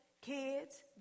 kids